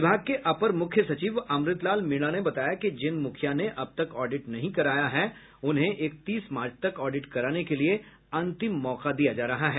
विभाग के अपर मुख्य सचिव अमृत लाल मीणा ने बताया कि जिन मुखिया ने अब तक ऑडिट नहीं कराया है उनको इकतीस मार्च तक ऑडिट कराने के लिए अंतिम मौका दिया जा रहा है